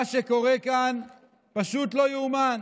מה שקורה כאן פשוט לא ייאמן.